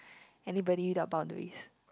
anybody without boundaries